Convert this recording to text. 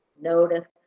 Notice